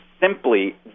simply